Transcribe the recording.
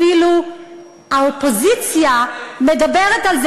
אפילו האופוזיציה מדברת על זה.